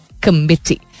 committee